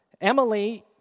Emily